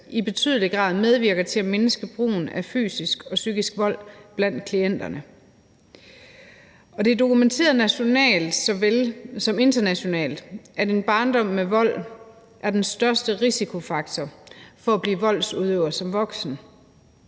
i betydelig grad medvirker til at mindske brugen af fysisk og psykisk vold blandt klienterne. Det er dokumenteret nationalt så vel som internationalt, at en barndom med vold er den største risikofaktor for at blive voldsudøver som voksen.